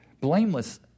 blameless